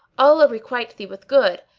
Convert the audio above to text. allah requite thee with good!